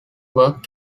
work